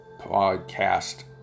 podcast